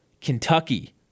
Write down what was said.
Kentucky